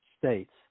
states